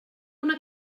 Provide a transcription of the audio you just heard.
una